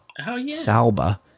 Salba